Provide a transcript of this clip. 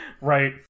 Right